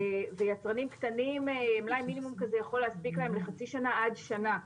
ויצרנים קטנים מלאי מינימום כזה יכול להספיק להם לחצי שנה עד שנה.